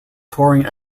touring